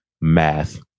Math